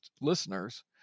listeners